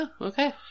Okay